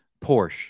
Porsche